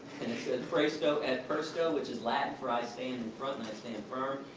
and it says praesto et persto, which is latin for i stand in front and i stand firm.